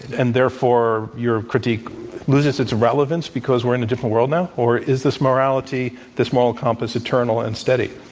and therefore, your critique loses its relevance because we're in a different world now? or is this morality, this moral compass, eternal and steady?